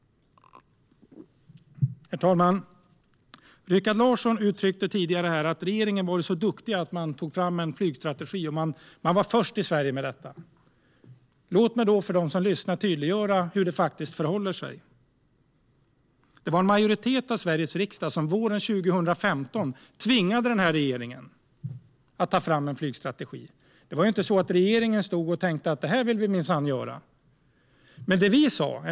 Rikard Larsson uttryckte tidigare att regeringen har varit så duktig med att ta fram en flygstrategi. Man var först i Sverige med detta. Låt mig för dem som lyssnar tydliggöra hur det faktiskt förhåller sig. Det var en majoritet av Sveriges riksdag som våren 2015 tvingade regeringen att ta fram en flygstrategi. Det var inte så att regeringen tänkte att det vill man minsann göra.